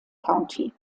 county